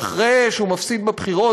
ואחרי שהוא מפסיד בבחירות,